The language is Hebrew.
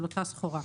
של אותה סחורה.